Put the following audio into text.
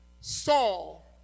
Saul